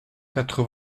quatre